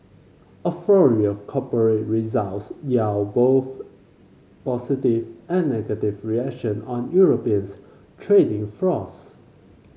a flurry of corporate results yield both positive and negative reaction on European's trading floors